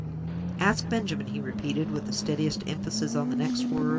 ask benjamin, he repeated, with the steadiest emphasis on the next words,